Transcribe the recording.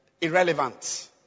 irrelevant